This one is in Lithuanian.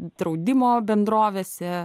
draudimo bendrovėse